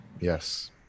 Yes